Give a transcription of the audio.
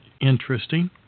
interesting